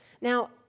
Now